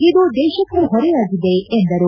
ಇದು ದೇಶಕ್ಕೂ ಹೊರೆಯಾಗಿದೆ ಎಂದರು